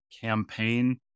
campaign